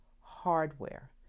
hardware